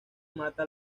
mata